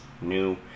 new